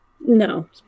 No